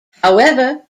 however